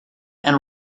and